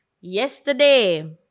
Yesterday